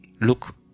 look